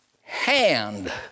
hand